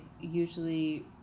usually